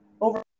over